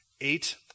eight